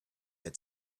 had